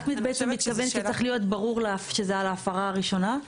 את בעצם מתכוונת שצריך להיות ברור שזה על ההפרה הראשונה?